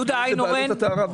יהודה איינהורן.